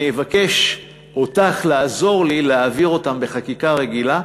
אני אבקש ממך לעזור לי להעביר אותם בחקיקה רגילה,